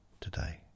today